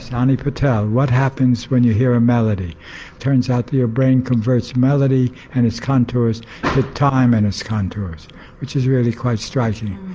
and ani patel what happens when you hear a melody? it turns out your brain converts melody and its contours to time and its contours which is really quite striking.